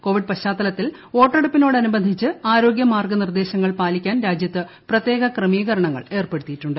Covid പശ്ചാത്തലത്തിൽ വോട്ടെടുപ്പിനോട് അനുബന്ധിച്ച് ആരോഗ്യ മാർഗനിർദ്ദേശങ്ങൾ പാലിക്കാൻ രാജ്യത്ത് പ്രത്യേക ക്രമീകരണങ്ങൾ ഏർപ്പെടുത്തിയിട്ടുണ്ട്